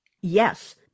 Yes